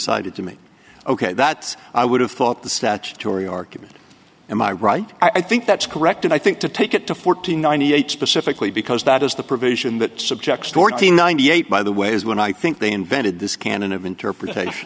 cited to me ok that's i would have thought the statutory argument in my right i think that's correct and i think to take it to fourteen ninety eight specifically because that is the provision that subjects dorothy ninety eight by the way is when i think they invented this canon of interpretation